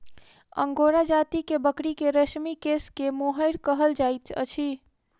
angora जाति के बकरी के रेशमी केश के मोहैर कहल जाइत अछि